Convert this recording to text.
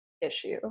issue